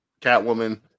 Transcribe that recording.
Catwoman